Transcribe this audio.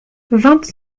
vingt